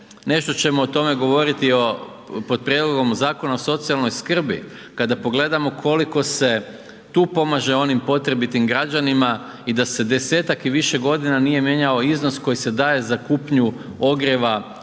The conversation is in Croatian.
Nešto ćemo o tome govoriti pod prijedlogom zakona o socijalnoj skrbi kada pogledamo koliko se tu pomaže onim potrebitim građanima i da se desetak i više godina nije mijenjao iznos koji se daje za kupnju ogrjeva